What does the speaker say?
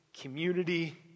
community